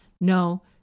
no